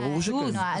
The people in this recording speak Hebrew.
ברור שכן.